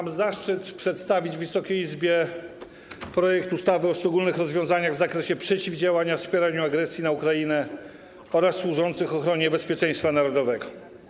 Mam zaszczyt przedstawić Wysokiej Izbie projekt ustawy o szczególnych rozwiązaniach w zakresie przeciwdziałania wspieraniu agresji na Ukrainę oraz służących ochronie bezpieczeństwa narodowego.